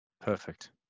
Perfect